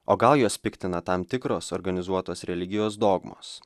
o gal juos piktina tam tikros organizuotos religijos dogmos